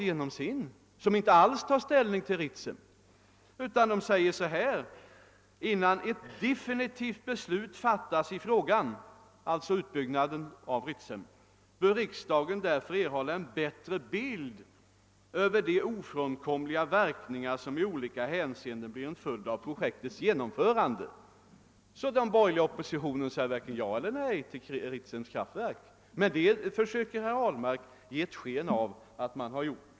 Man tar nämligen i reservationen inte alls ställning till Ritsemprojektet utan gör bara följande uttalande: »Innan ett definitivt beslut fattas i frågan bör riksdagen därför erhålla en bättre bild över de ofrånkomliga verkningar som i olika hänseenden blir en följd av projektets genomförande.» Den borgerliga oppositionen säger alltså varken ja eller nej till Ritsems kraftverk, men herr Ahlmark försöker ge sken av att så är fallet.